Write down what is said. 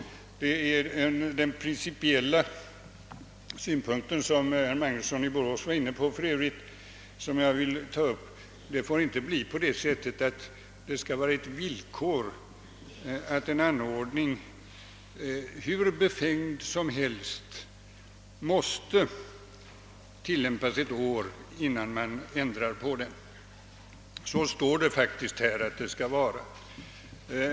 Det är den principiella synpunkten på detta resonemang — vilken herr Magnusson i Borås för övrigt berörde — som jag vill ta upp. Det får inte vara ett villkor att en anordning, hur befängd som helst, måste tillämpas ett år innan man ändrar på den. Så står det faktiskt i betänkandet att det skall vara.